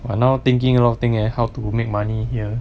but now thinking a lot of thing leh how to make money here